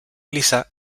lisa